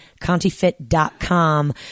contifit.com